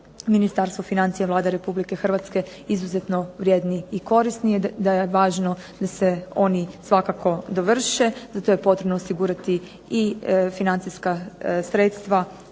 Ministarstvo financija i Vlada Republike Hrvatske izuzetno vrijedni i korisni, da je važno da se oni svakako dovrše. Za to je potrebno osigurati i financijska sredstva